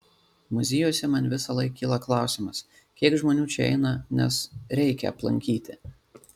muziejuose man visąlaik kyla klausimas kiek žmonių čia eina nes reikia aplankyti